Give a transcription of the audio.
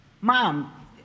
Mom